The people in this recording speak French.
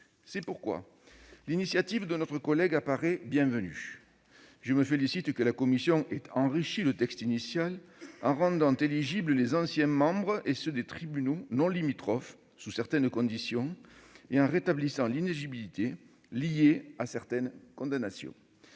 C'est pourquoi l'initiative de notre collègue apparaît bienvenue. Je me félicite que la commission ait enrichi le texte initial, en rendant éligibles les anciens membres et ceux des tribunaux non limitrophes, sous certaines conditions, et en rétablissant l'inéligibilité liée à certaines condamnations.